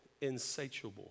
insatiable